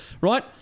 right